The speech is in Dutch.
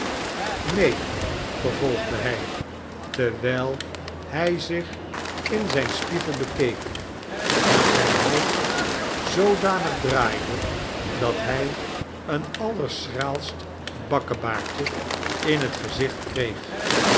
neen vervolgde hij terwijl hij zich in zijn spiegel bekeek en zijn hoofd zoodanig draaide dat hij een allerschraalst bakkebaardje in het gezicht kreeg